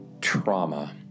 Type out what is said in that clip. trauma